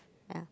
yeah